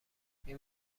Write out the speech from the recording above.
این